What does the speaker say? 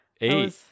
eight